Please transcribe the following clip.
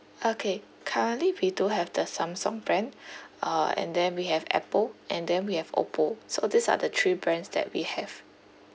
okay currently we do have the samsung brand uh and then we have apple and then we have oppo so these are the three brands that we have